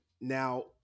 Now